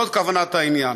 זאת כוונת העניין.